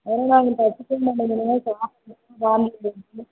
வேறு என்ன பசிக்கவும் மாட்டேங்குது சாப்பிட்டாலும் வாந்தி வருது